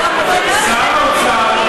לשעבר,